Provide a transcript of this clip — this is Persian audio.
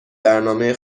برنامه